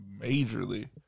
Majorly